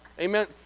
amen